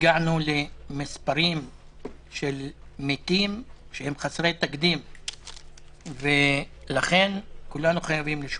הגענו למספר מתים שהוא חסר תקדים ולכן כולנו חייבים לשמור.